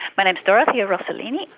my name's dorothea rossollini,